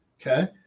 Okay